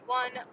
one